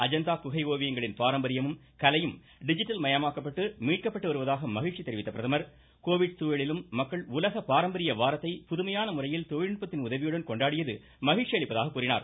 அஜந்தா குகை ஓவியங்களின் பாரம்பரியமும் கலையும் டிஜிட்டல் மயமாக்கப்பட்டு மீட்கப்பட்டு வருவதாக மகிழ்ச்சி தெரிவித்த பிரதமர் கோவிட் சூழலிலும் மக்கள் உலக பாரம்பரிய வாரத்தை புதுமையான முறையில் தொழில்நுட்பத்தின் உதவியுடன் கொண்டாடியது மகிழ்ச்சி அளிப்பதாக கூறினார்